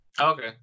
Okay